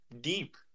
deep